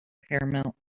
paramount